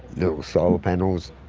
you know solar panels